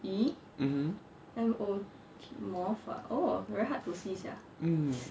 mmhmm mm